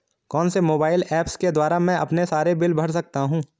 कौनसे mobile apps के द्वारा मैं अपने सारे बिल भर सकता हूं?